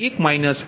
0 1